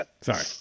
Sorry